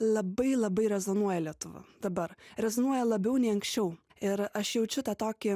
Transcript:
labai labai rezonuoja lietuva dabar rezonuoja labiau nei anksčiau ir aš jaučiu tą tokį